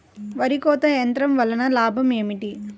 వరి కోత యంత్రం వలన లాభం ఏమిటి?